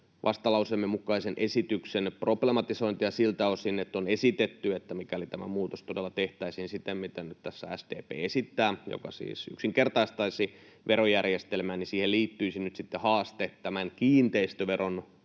vastalauseemme mukaisen esityksen problematisointia siltä osin, että on esitetty, että mikäli tämä muutos todella tehtäisiin siten, miten nyt tässä SDP esittää, mikä siis yksinkertaistaisi verojärjestelmää, niin siihen liittyisi nyt sitten haaste tämän kiinteistöveron